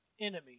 Enemy